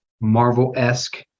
Marvel-esque